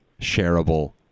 shareable